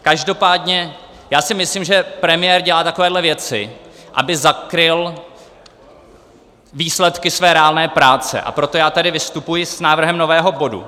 Každopádně si myslím, že premiér dělá takovéhle věci, aby zakryl výsledky své reálné práce, a proto já tady vystupuji s návrhem nového bodu.